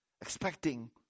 expecting